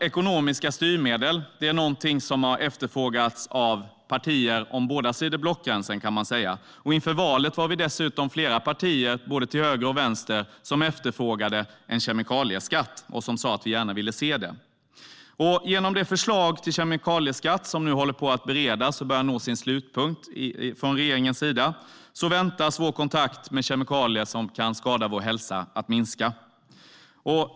Ekonomiska styrmedel har efterfrågats av partier på båda sidor om blockgränsen, och inför valet var vi dessutom flera partier, både till höger och till vänster, som efterfrågade en kemikalieskatt. Genom det förslag till kemikalieskatt som nu bereds från regeringens sida och börjar nå sin slutpunkt väntas vår kontakt med kemikalier som kan skada vår hälsa att minska.